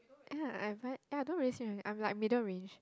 ya I buy ya I don't really see I'm like middle range